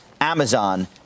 Amazon